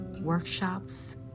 workshops